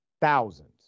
thousands